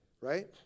right